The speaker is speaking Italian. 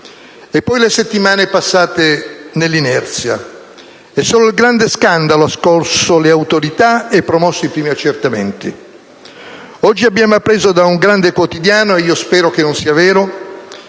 E poi le settimane passate nell'inerzia. E solo il grande scandalo ha scosso le autorità e promosso i primi accertamenti. Oggi abbiamo appreso da un grande quotidiano - io spero che non sia vero